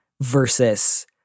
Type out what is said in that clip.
versus